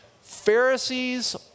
Pharisees